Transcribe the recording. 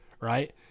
right